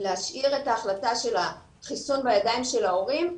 להשאיר את ההחלטה של החיסון בידיים של ההורים,